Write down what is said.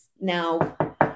now